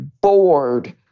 bored